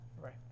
Right